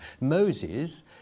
Moses